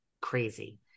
crazy